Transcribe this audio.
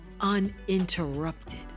uninterrupted